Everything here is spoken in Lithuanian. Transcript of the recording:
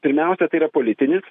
pirmiausia tai yra politinis